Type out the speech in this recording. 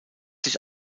sich